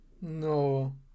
No